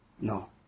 No